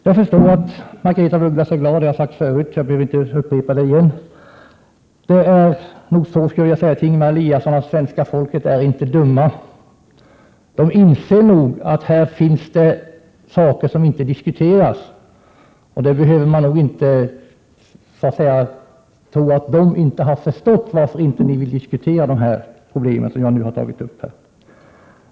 Jag förstår att Margaretha af Ugglas är glad, och jag behöver egentligen inte upprepa det. Till Ingemar Eliasson vill jag säga att svenskarna inte är dumma. De inser att vissa problem inte diskuteras här. Ni skall inte tro att de inte förstår varför ni inte vill diskutera de problem som jag har berört här.